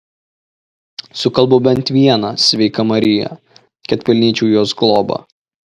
sukalbu bent vieną sveika marija kad pelnyčiau jos globą